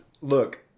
look